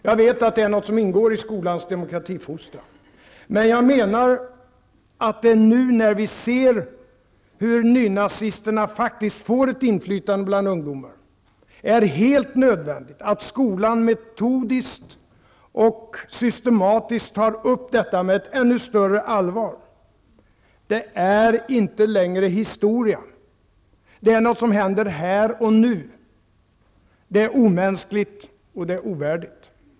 Jag vet att detta är något som ingår i skolans demokratifostran, men jag menar att det nu när vi ser hur nynazisterna faktiskt får ett inflytande bland ungdomar är helt nödvändigt att skolan metodiskt och systematiskt tar upp detta med ett ännu större allvar. Det är inte längre historia, det är något som händer här och nu. Det är omänskligt och det är ovärdigt.